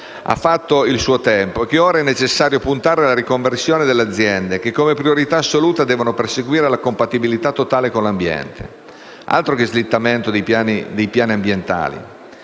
ha fatto il suo tempo e che ora è necessario puntare alla riconversione delle aziende che, come priorità assoluta, devono perseguire la compatibilità totale con l'ambiente. Altro che slittamento dei piani ambientali!